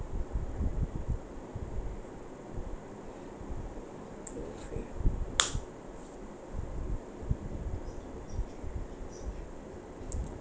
two three